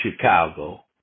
chicago